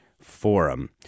Forum